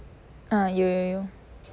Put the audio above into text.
ah 有有有